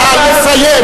נא לסיים.